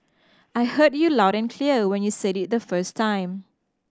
I heard you loud and clear when you said it the first time